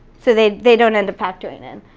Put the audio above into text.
so they they don't end up factoring in.